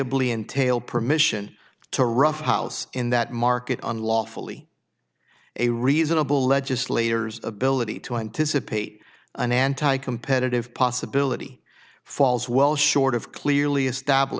billion tail permission to roughhouse in that market on lawfully a reasonable legislators ability to anticipate an anti competitive possibility falls well short of clearly establish